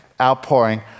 outpouring